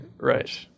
Right